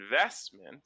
investment